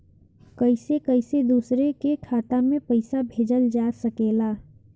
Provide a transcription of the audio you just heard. कईसे कईसे दूसरे के खाता में पईसा भेजल जा सकेला?